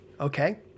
okay